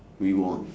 we won